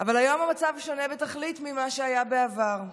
"אבל היום המצב שונה בתכלית ממה שהיה בעבר.